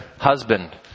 husband